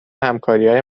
همکاریهای